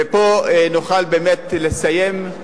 ופה נוכל באמת לסיים.